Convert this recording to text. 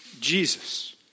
Jesus